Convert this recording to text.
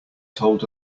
told